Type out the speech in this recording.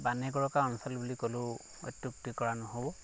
বানে গৰকা অঞ্চল বুলি ক'লেও অত্যুক্তি কৰা নহ'ব